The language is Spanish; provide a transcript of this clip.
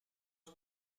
muy